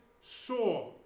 saw